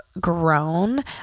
grown